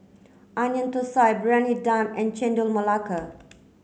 Onion Thosai Briyani Dum and Chendol Melaka